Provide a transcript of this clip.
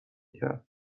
کرد